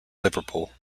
liverpool